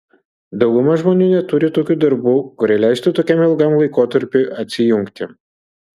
dauguma žmonių neturi tokių darbų kurie leistų tokiam ilgam laikotarpiui atsijungti